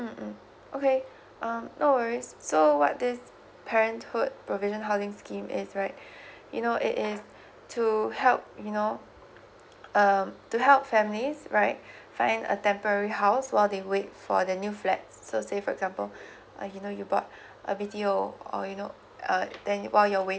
mm mm okay no worries so what this parenthood provision housing scheme is right you know it is to help you know um to help families right fine a temporary house while they wait for the new flat so say for example uh you know you bought a B_T_O or you know uh then while you wait